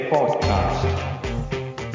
Podcast